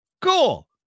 cool